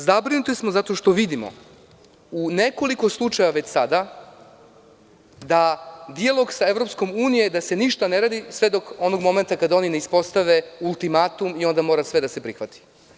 Zabrinuti smo zato što vidimo, u nekoliko slučajeva već sada, da dijalog sa EU je da se ništa ne radi sve do onog momenta dok oni ne ispostave ultimatum i onda mora sve da se prihvati.